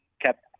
kept